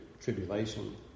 tribulation